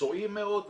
מקצועי מאוד וניטראלי.